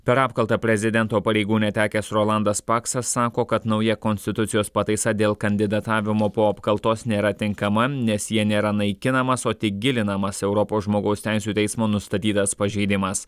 per apkaltą prezidento pareigų netekęs rolandas paksas sako kad nauja konstitucijos pataisa dėl kandidatavimo po apkaltos nėra tinkama nes ja nėra naikinamas o tik gilinamas europos žmogaus teisių teismo nustatytas pažeidimas